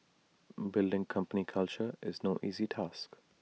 building company culture is no easy task